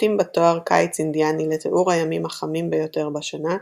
נוקטים בתואר קיץ אינדיאני לתיאור הימים החמים ביותר בשנה,